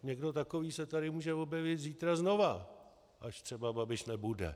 Někdo takový se tady může objevit zítra znova, až třeba Babiš nebude.